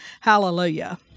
Hallelujah